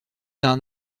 d’un